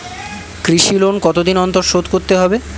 কৃষি লোন কতদিন অন্তর শোধ করতে হবে?